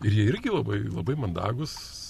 ir jie irgi labai labai mandagūs